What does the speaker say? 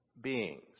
beings